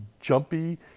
jumpy